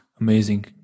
Amazing